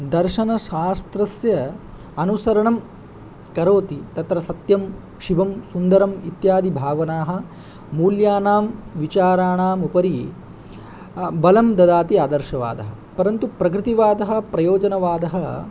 दर्शनशास्त्रस्य अनुसरणं करोति तत्र सत्यं शिवं सुन्दरम् इत्यादि भावनाः मूल्यानां विचाराणाम् उपरि बलं ददाति आदर्शवादः परन्तु प्रकृतिवादः प्रयोजनवादः